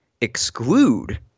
exclude